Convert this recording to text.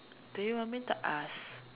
do you want me to ask